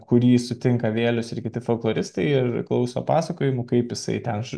kurį sutinka vėlius ir kiti folkloristai ir klauso pasakojimų kaip jisai ten